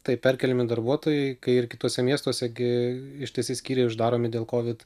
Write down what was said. taip perkeliami darbuotojai kai ir kituose miestuose gi ištisi skyriai uždaromi dėl kovid